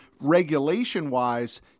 regulation-wise